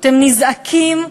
אתם נזעקים,